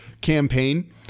campaign –